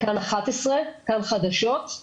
בכאן 11, קו חדשות.